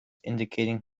indicating